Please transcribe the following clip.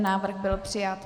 Návrh byl přijat.